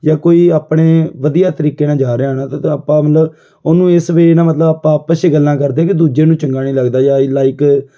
ਜਾਂ ਕੋਈ ਆਪਣੇ ਵਧੀਆ ਤਰੀਕੇ ਨਾਲ ਜਾ ਰਿਹਾ ਹੋਣਾ ਤ ਤਾਂ ਆਪਾਂ ਮਤਲਬ ਉਹਨੂੰ ਇਸ ਵੇਅ ਨਾਲ ਮਤਲਬ ਆਪਾਂ ਆਪਸ 'ਚ ਗੱਲਾਂ ਕਰਦੇ ਕਿ ਦੂਜੇ ਨੂੰ ਚੰਗਾ ਨਹੀਂ ਲੱਗਦਾ ਜਾਂ ਆਈ ਲਾਈਕ